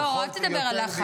לא, אל תדבר על לחץ.